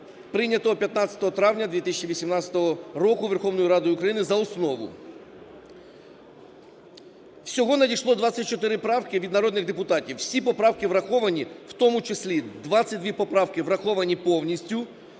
прийнятого 15 травня 2018 року Верховною Радою України за основу. Всього надійшло 24 правки від народних депутатів. Всі поправки враховані, у тому числі 22 поправки враховані повністю,